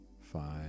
five